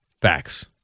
Facts